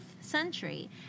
century